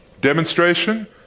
Demonstration